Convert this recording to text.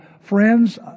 Friends